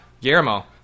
Guillermo